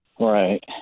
Right